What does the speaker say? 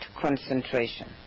concentration